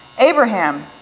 Abraham